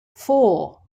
four